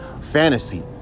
Fantasy